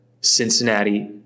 Cincinnati